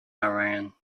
iran